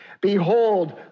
behold